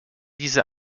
diese